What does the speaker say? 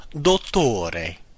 dottore